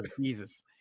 Jesus